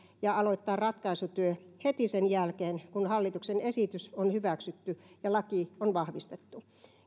ja aloittaa ratkaisutyö heti sen jälkeen kun hallituksen esitys on hyväksytty ja laki on vahvistettu